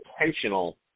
intentional